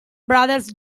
brothers